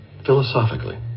philosophically